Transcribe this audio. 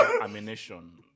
ammunition